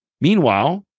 Meanwhile